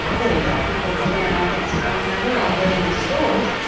they let people jam against one another all day in the stores.